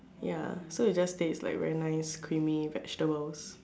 ya so it just taste like very nice creamy vegetable